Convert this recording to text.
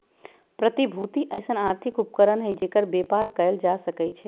प्रतिभूति अइसँन आर्थिक उपकरण हइ जेकर बेपार कएल जा सकै छइ